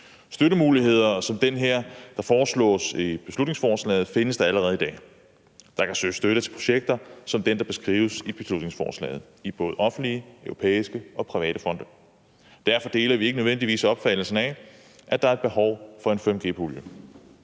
Støttemuligheder som den, der foreslås i beslutningsforslaget, findes der allerede i dag. Der kan søges støtte til projekter som dem, der beskrives i beslutningsforslaget, i både offentlige, europæiske og private fonde. Derfor deler vi ikke nødvendigvis opfattelsen af, at der er et behov for en 5G-pulje.